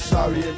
Sorry